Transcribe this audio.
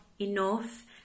enough